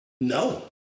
No